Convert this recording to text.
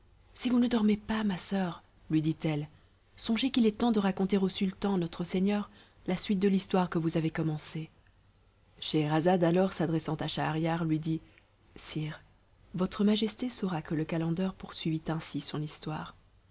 si vous ne dormez pas ma soeur lui ditelle songez qu'il est temps de raconter au sultan notre seigneur la suite de l'histoire que vous avez commencée scheherazade alors s'adressant à schahriar lui dit sire votre majesté saura que le calender poursuivit ainsi son histoire